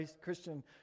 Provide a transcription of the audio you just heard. Christian